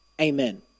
Amen